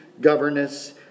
governess